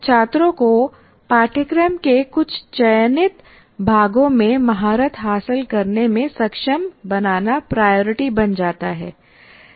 छात्रों को पाठ्यक्रम के कुछ चयनित भागों में महारत हासिल करने में सक्षम बनाना प्रायरिटी बन जाता है